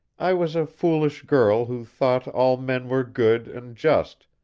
i was a foolish girl who thought all men were good and just,